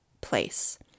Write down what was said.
place